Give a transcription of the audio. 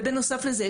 בנוסף לזה,